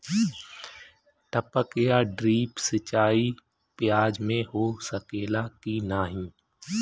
टपक या ड्रिप सिंचाई प्याज में हो सकेला की नाही?